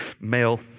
male